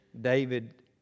David